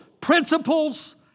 principles